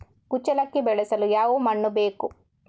ಕುಚ್ಚಲಕ್ಕಿ ಬೆಳೆಸಲು ಯಾವ ಮಣ್ಣು ಬೇಕು?